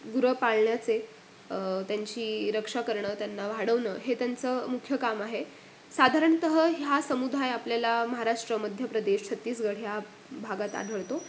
गुरं पाळण्याचे त्यांची रक्षा करणं त्यांना वाढवणं हे त्यांचं मुख्य काम आहे साधारणतः ह्या समुदाय आपल्याला महाराष्ट्र मध्यप्रदेश छत्तीसगढ ह्या भागात आढळतो